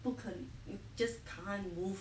不可以 you just can't move